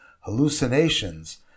Hallucinations